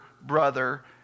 brother